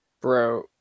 Bro